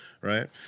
right